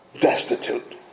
destitute